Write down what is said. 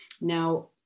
Now